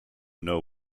know